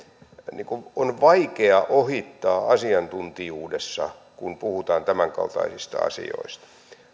on vaikea ohittaa asiantuntijuudessa kun puhutaan tämänkaltaisista asioista